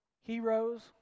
heroes